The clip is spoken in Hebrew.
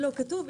לא כתוב,